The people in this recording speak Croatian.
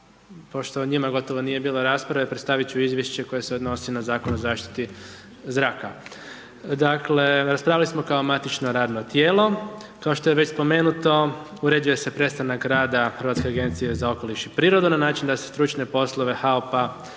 pošto o njima nije bilo rasprave, predstaviti ću izvješće koje se odnosi na Zakon o zaštiti zraka. Dakle, raspravili smo kao matično radno tijelo, kao što je već spomenuto uređuje se prestanak rada Hrvatske agencije za okoliš i prirodu, na način da se stručne poslove HAUP-a